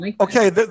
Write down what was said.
okay